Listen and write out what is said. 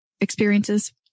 experiences